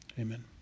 Amen